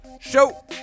Show